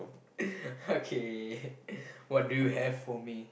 okay what do you have for me